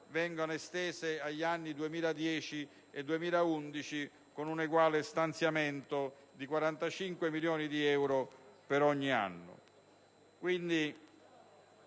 vengano estese agli anni 2010 e 2011 con un eguale stanziamento di 45 milioni di euro per ogni anno.